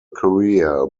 career